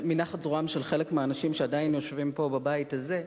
מנחת זרועם של חלק מהאנשים שעדיין יושבים פה בבית הזה.